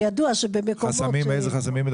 איזה חסמים?